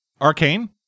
Arcane